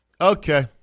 Okay